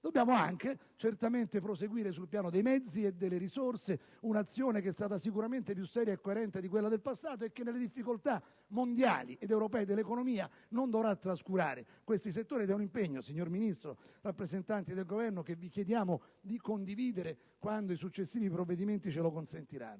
dobbiamo anche proseguire, sul piano dei mezzi e delle risorse, un'azione che è stata sicuramente più seria e coerente di quella del passato. Le difficoltà mondiali ed europee dell'economia non dovranno farci trascurare questi settori. È un impegno, signor Ministro e rappresentanti del Governo, che vi chiediamo di condividere quando i successivi provvedimenti ce lo consentiranno.